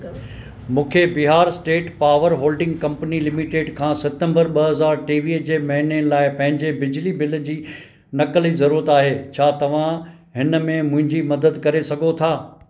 मूंखे Bihar state power holding company limited खां सितंबर ॿ हज़ार टेवीह जे महीने लाइ पंहिंजे बिजली बिल जी नकुल जी ज़रूरत आहे छा तव्हां हिन में मुंहिंजी मदद करे सघो था